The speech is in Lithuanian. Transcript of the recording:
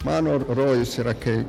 mano rojus yra kai